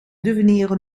devenir